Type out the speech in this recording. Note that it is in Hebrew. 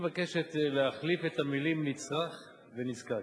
מבקשת להחליף את המלים "נצרך" ו"נזקק"